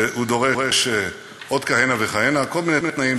והוא דורש עוד כהנה וכהנה, כל מיני תנאים